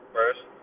first